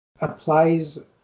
applies